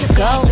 go